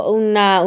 una